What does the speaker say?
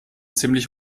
ziemlich